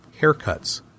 haircuts